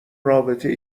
رابطه